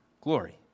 glory